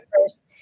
first